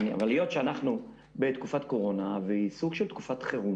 אבל היות שאנחנו בתקופת קורונה והיא סוג של תקופת חירום